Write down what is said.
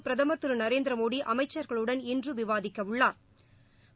பிரதமா் திரு நரேந்திரமோடி அமைச்சா்களுடன் இன்று விவாதிக்கவுள்ளாா்